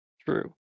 true